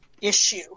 issue